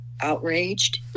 outraged